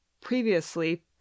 previously